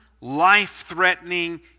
life-threatening